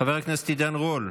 חבר הכנסת עידן רול,